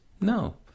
No